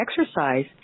exercise